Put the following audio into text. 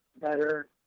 better